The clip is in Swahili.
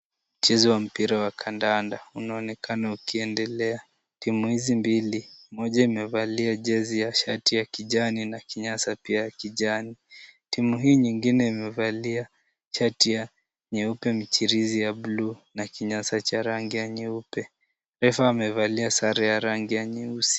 Mchezo wa mpira wa kandanda unaonekana ukiendelea. Timu hizi mbili moja imevalia jezi ya shati ya kijani na kinyasa pia ya kijani. Timu hii nyingine imevalia shati ya nyeupe michirizi ya bluu na kinyasa cha rangi ya nyeupe. Refa amevalia sare ya rangi ya nyeusi.